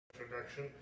introduction